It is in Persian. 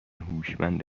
هوشمند